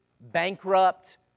bankrupt